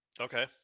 Okay